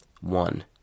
One